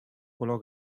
color